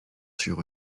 sur